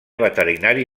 veterinari